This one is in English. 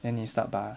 then 你 start bah